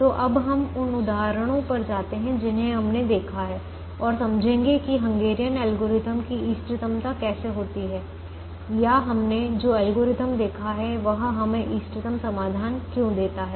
तो अब हम उन उदाहरणों पर जाते हैं जिन्हें हमने देखा है और समझेंगे कि हंगेरियन एल्गोरिथम की इष्टतमता कैसे होती है या हमने जो एल्गोरिथम देखा है वह हमें इष्टतम समाधान क्यों देता है